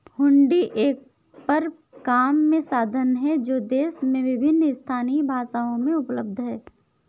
हुंडी एक परक्राम्य साधन है जो देश में विभिन्न स्थानीय भाषाओं में उपलब्ध हैं